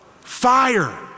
Fire